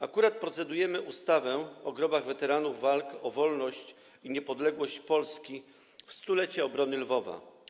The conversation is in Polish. Akurat procedujemy nad ustawą o grobach weteranów walk o wolność i niepodległość Polski w 100-lecie obrony Lwowa.